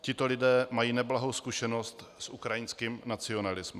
Tito lidé mají neblahou zkušenost s ukrajinským nacionalismem.